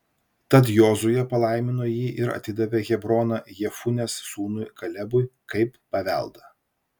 tad jozuė palaimino jį ir atidavė hebroną jefunės sūnui kalebui kaip paveldą